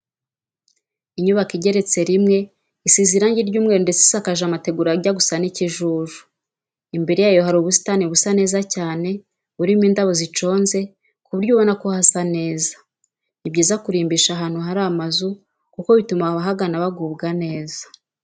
Inyubako igeretse rimwe isize irange ry'umweru ndetse isakaje amategura ajya gusa n'ikijuju imbere yayo hari ubusitani busa neza cyane, burimo indabo ziconze ku buryo ubona ko hasa neza. Ni byiza kurimbisha ahantu hari amazu kuko bituma abahagana bagubwa neza.